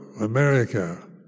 America